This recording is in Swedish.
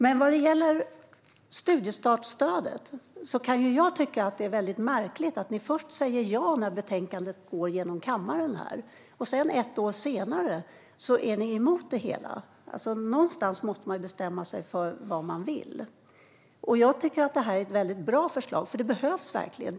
När det gäller studiestartsstödet tycker jag att det är väldigt märkligt att ni först säger ja när betänkandet behandlas i kammaren och att ni ett år senare är emot det hela. Någon gång måste man bestämma sig för vad man vill. Jag tycker att förslaget är väldigt bra, för det behövs verkligen.